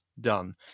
done